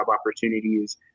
opportunities